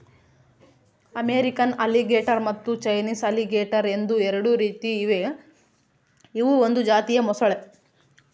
American alligator ಮತ್ತು Chinese alligator ಎಂದು ಎರಡು ರೀತಿ ಇವೆ ಇವು ಒಂದು ಜಾತಿಯ ಮೊಸಳೆ